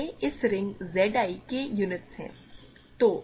तो ये इस रिंग Z i की यूनिट्स हैं